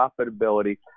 profitability